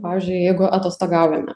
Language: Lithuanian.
pavyzdžiui jeigu atostogaujame